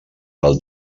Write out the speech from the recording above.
del